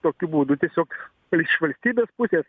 tokiu būdu tiesiog ir iš valstybės pusės